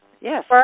Yes